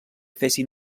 fessin